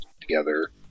together